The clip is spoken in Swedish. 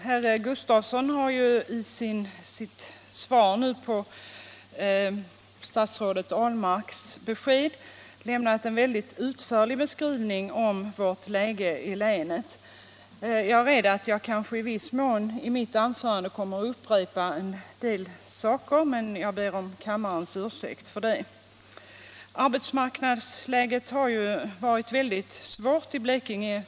Herr talman! Herr Gustafsson i Ronneby har lämnat en utförlig beskrivning av situationen i Blekinge. Jag är rädd att jag i mitt anförande i viss mån kommer att upprepa en del saker, men jag ber kammaren sysselsättningen i Blekinge om ursäkt för detta. Arbetsmarknadsläget har varit väldigt svårt i Blekinge.